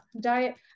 diet